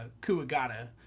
Kuagata